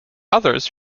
others